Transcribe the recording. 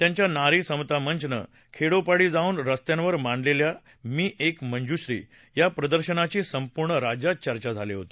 त्यांच्या नारी समता मंचने खेडो पाडी जाऊन स्स्त्यांवर मांडलेल्या मी एक मंजुश्री या प्रदर्शनाची संपूर्ण राज्यात चर्चा झाली होती